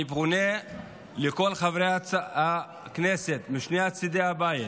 אני פונה לכל חברי הכנסת משני צידי הבית